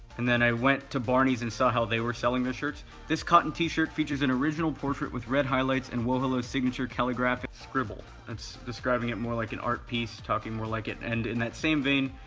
and then i went to barney's and saw how they were selling their shirts. this cotton t-shirt features an original portrait with red highlights and wohello signature calligraphic scribble. that's describing it more like an art piece, talking more like it. and in that same vein,